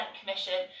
commission